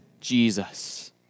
Jesus